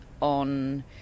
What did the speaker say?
on